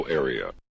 area